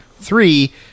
three